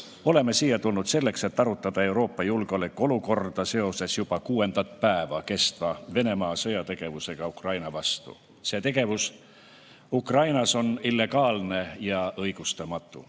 oleme siia tulnud selleks, et arutada Euroopa julgeolekuolukorda seoses juba kuuendat päeva kestva Venemaa sõjategevusega Ukraina vastu. See tegevus Ukrainas on illegaalne ja õigustamatu.